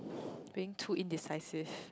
being too indecisive